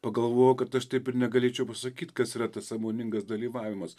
pagalvojau kad aš taip ir negalėčiau pasakyt kas yra tas sąmoningas dalyvavimas